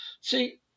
See